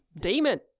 demon